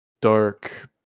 dark